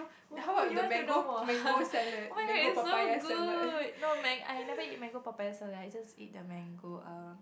oh you want to know more oh-my-god it's so good no man I have never eat mango papaya salad just eat the mango um